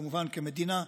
כמובן כמדינה,